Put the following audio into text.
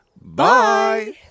Bye